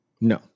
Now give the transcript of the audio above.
No